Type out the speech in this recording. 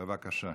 בבקשה.